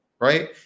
Right